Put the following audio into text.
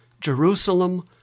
Jerusalem